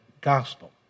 gospel